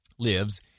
lives